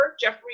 jeffrey